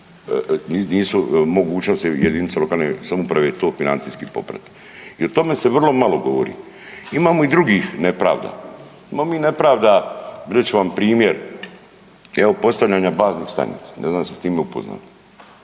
nisu mogućnosti jedinica lokalne samouprave to financijski popratiti i o tome se vrlo malo govori. Imamo i drugih nepravdi. Imamo mi nepravda reći ću vam primjer evo postavljanja baznih stanica. Ne znam jeste li s time upoznati